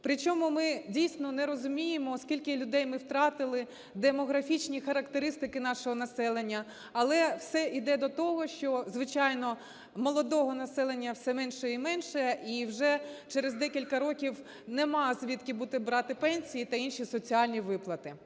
Причому ми дійсно не розуміємо, скільки людей ми втратили, демографічні характеристики нашого населення. Але все іде до того, що, звичайно, молодого населення все менше і менше, і вже через декілька років нема звідки буде брати пенсії та інші соціальні виплати.